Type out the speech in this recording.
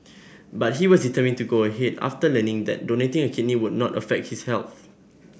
but he was determined to go ahead after learning that donating a kidney would not affect his health